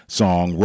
song